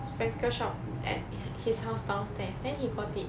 spectacle shop at his house downstairs then he got it